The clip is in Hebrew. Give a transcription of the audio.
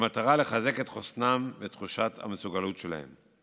כדי לחזק את חוסנם ואת תחושת המסוגלות שלהם.